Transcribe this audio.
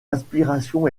inspiration